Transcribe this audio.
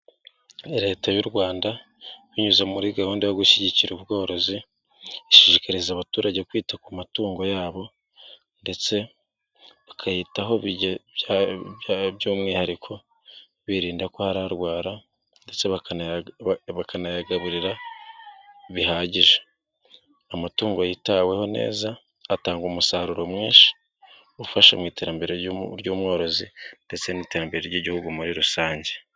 Leta y'u Rwanda binyuze muri gahunda yo gushyigikira ubworozi, ishishikariza abaturage kwita ku matungo yabo ndetse bakayitaho by'umwihariko, birinda ko yarwara ndetse bakanayagaburira bihagije. Amatungo yitaweho neza atanga umusaruro mwinshi ufasha mu iterambere ry'umworozi ndetse n'iterambere ry'igihugu muri rusange.